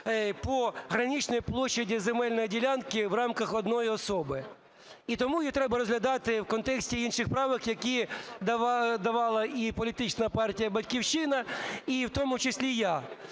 по граничній площі земельної ділянки в рамках одної особи. І тому її треба розглядати в контексті інших правок, які давала і політична партія "Батьківщина", і в тому числі я.